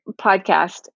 podcast